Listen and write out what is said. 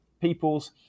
people's